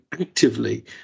actively